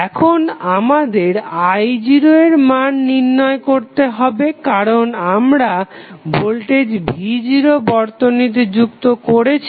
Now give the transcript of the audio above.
এখন আমাদের i0 এর মান নির্ণয় করতে হবে কারণ আমরা ভোল্টেজ v0 বর্তনীতে যুক্ত করেছি